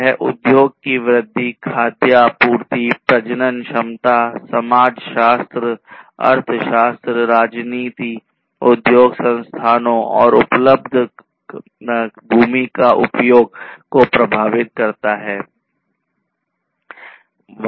यह उद्योग की वृद्धि खाद्य आपूर्ति प्रजनन क्षमता समाजशास्त्र अर्थशास्त्र राजनीति उद्योग स्थानों और उपलब्ध भूमि के उपयोग को प्रभावित करता है